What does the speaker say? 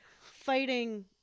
fighting